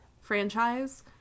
franchise